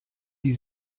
die